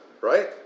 right